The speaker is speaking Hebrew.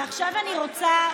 ועכשיו אני רוצה,